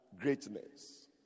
greatness